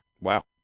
Wow